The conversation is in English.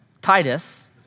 Titus